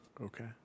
Okay